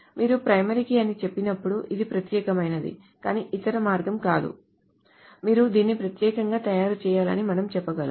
మీరు primary key అని చెప్పినప్పుడు ఇది ప్రత్యేకమైనది కానీ ఇతర మార్గం కాదు మీరు దీన్ని ప్రత్యేకంగా తయారు చేయాలని మనం చెప్పగలం